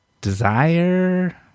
Desire